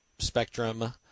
spectrum